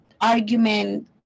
argument